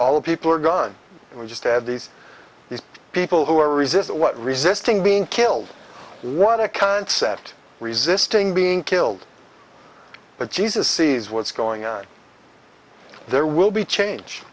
all the people are gone and we just had these these people who are resisting what resisting being killed what a concept resisting being killed but jesus sees what's going on there will be change